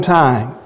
time